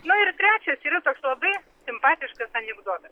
na ir trečias yra toks labai simpatiškas anekdotas